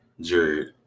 Jared